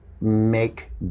make